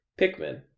Pikmin